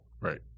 Right